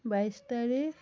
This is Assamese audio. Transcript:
বাইছ তাৰিখ